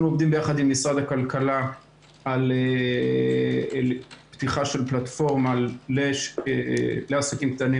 אנחנו עובדים יחד עם משרד הכלכלה על פתיחה של פלטפורמה לעסקים קטנים